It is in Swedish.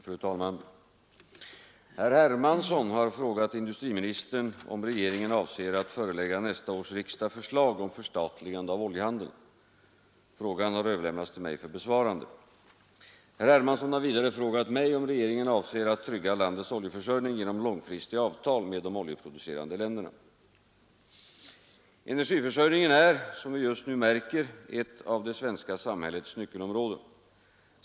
Fru talman! Herr Hermansson har frågat industriministern om regeringen avser att förelägga nästa års riksdag förslag om förstatligande av oljehandeln. Frågan har överlämnats till mig för besvarande. Herr Hermansson har vidare frågat mig om regeringen avser att söka trygga landets oljeförsörjning genom långfristiga avtal med de oljeproducerande länderna. Energiförsörjningen är, som vi just nu märker, ett av det svenska samhällets nyckelområden.